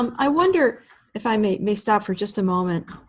um i wonder if i may may stop for just a moment,